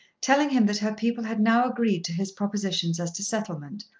telling him that her people had now agreed to his propositions as to settlement,